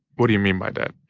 what do you mean by that?